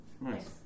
Nice